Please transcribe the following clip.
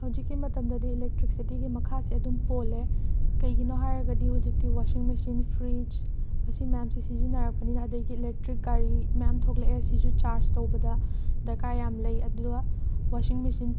ꯍꯧꯖꯤꯛꯀꯤ ꯃꯇꯝꯗꯗꯤ ꯏꯂꯦꯛꯇ꯭ꯔꯤꯛꯁꯤꯇꯤꯒꯤ ꯃꯈꯥꯁꯦ ꯑꯗꯨꯝ ꯄꯣꯜꯂꯦ ꯀꯔꯤꯒꯤꯅꯣ ꯍꯥꯏꯔꯒꯗꯤ ꯍꯧꯖꯤꯛꯇꯤ ꯋꯥꯁꯤꯡ ꯃꯦꯁꯤꯟ ꯐ꯭ꯔꯤꯖ ꯑꯁꯤ ꯃꯌꯥꯝꯁꯤ ꯁꯤꯖꯤꯟꯅꯔꯛꯄꯅꯤꯅ ꯑꯗꯒꯤ ꯏꯂꯦꯛꯇ꯭ꯔꯤꯛ ꯒꯥꯔꯤ ꯃꯌꯥꯝ ꯊꯣꯛꯂꯛꯑꯦ ꯃꯁꯤꯁꯨ ꯆꯥꯔꯁ ꯇꯧꯕꯗ ꯗꯔꯀꯥꯔ ꯌꯥꯝꯅ ꯂꯩ ꯑꯗꯨꯒ ꯋꯥꯁꯤꯡ ꯃꯦꯆꯤꯟ